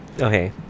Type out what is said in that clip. Okay